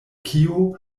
kio